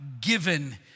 given